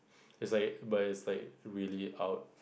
it's like but it's like really out